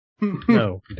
No